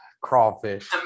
crawfish